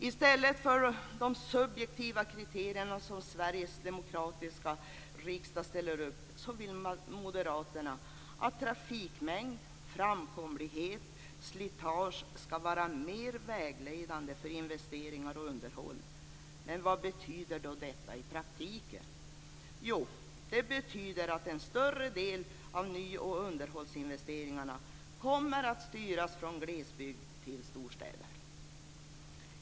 I stället för de subjektiva kriterier som Sveriges demokratiskt valda riksdag ställer upp vill moderaterna att trafikmängd, framkomlighet och slitage ska vara mer vägledande för investeringar och underhåll. Men vad betyder då detta i praktiken? Jo, det betyder att en större del av ny och underhållsinvesteringarna kommer att styras från glesbygd till storstäder.